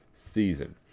season